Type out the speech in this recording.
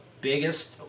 biggest